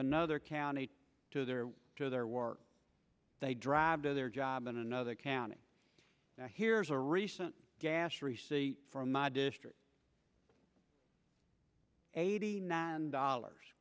another county to their to their work they drive to their job in another county here's a recent gas receipt from my district eighty nine dollars